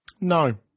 No